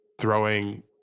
throwing